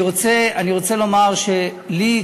אני רוצה לומר שלי,